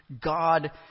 God